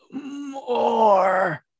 more